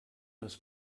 das